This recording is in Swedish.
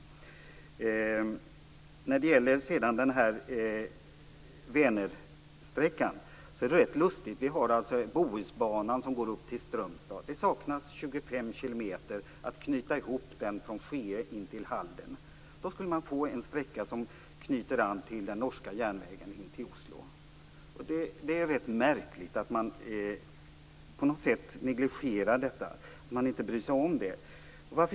Det här med Norge-Vänernbanan är lustigt. Vi har alltså Bohusbanan som går upp till Strömstad. Det saknas 25 km för att knyta ihop den från Skee till Halden. Då skulle man få en sträcka som knyter an till den norska järnvägen in till Oslo. Det är rätt märkligt att man negligerar detta och inte bryr sig om det.